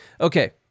Okay